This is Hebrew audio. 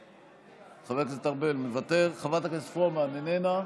חבר הכנסת ארבל מוותר, חברת הכנסת פרומן, איננה,